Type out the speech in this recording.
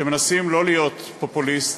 כשמנסים לא להיות פופוליסט,